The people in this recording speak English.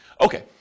Okay